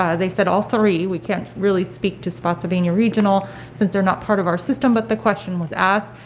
um they said all three. we can't really speak to spotsylvania regional since they're not part of our system, but the question was asked.